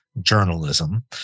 journalism